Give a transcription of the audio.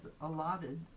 allotted